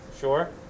Sure